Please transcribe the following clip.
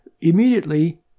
immediately